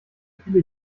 viele